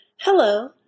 Hello